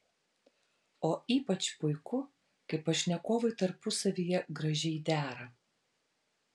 o ypač puiku kai pašnekovai tarpusavyje gražiai dera